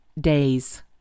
days